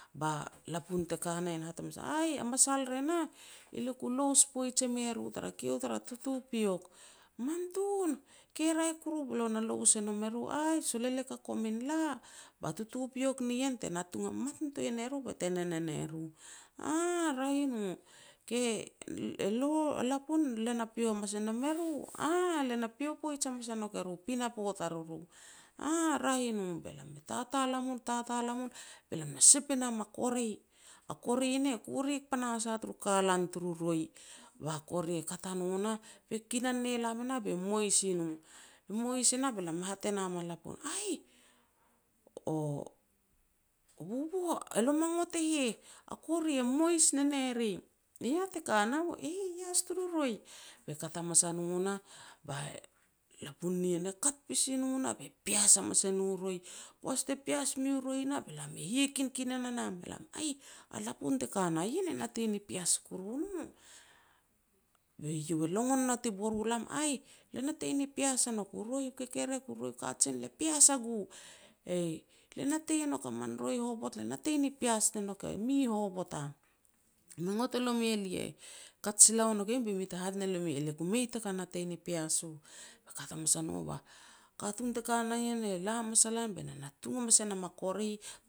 Ba lapun te ka na ien e hat hamas ne no, "Aih, a masal re nah, elia ku lous poij e me ru tara kiu turu tutupiok." "Man tun, ke raeh be lo na lous e nom e ru." "Aih, sol elia ka komin la ba tutupiok nien te natung hamat nitoa e ne ru be te nen e ne ru." "Aah raeh i no, ke e lo a lapun le na pio hamas ne nam e ru." "Aah, lia na pio poij hamas ne nouk e ru pinapo tariru." "Aah, raeh i no." Be lam e tatal a mul tatal a mul be lam na sep e nam a kori. A kori nah e kurek panahas a turu kalan turu roi. Ba kori e kat a no nah be kinan ne lam e nah be mois i no. Mois e nah be lam hat e nam a lapun, "Aih, u bubu elo ma ngot e heh, a kori e mois ne ne ri", "i yah te ka nau", "e heh i ias turu ro." Be kat hamas a no nah, ba lapun nien e kat pasi no be pias hamas e no roi. Te pias mui roi nah be lam e hia kinkinan a nam, be lam, "Aih, a lapun te ka na ien natei ni pias kuru no." Be iau e longon no ti bor u lam be iau, "Aih, lia natei ni pias a nouk, u roi u kekerek, u roi u kajen, le pias a gu, ei le natei e nouk a min roi hovot le natei ni pias ne nouk e mi hovotam. Me ngot e nomi elia kaj sila ua nouk ien be mi te hat ne nomi elia ku mei taka natei ni pias u." Be kat hamas a no ba katun te ka na ien e la hamas a lan be na natung hamas e nam kori